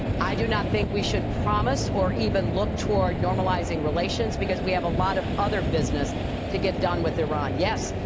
i do not think we should promise or even look toward normalizing relations because we have a lot of other business to get done with iran. yes,